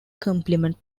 complement